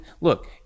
look